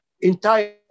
entire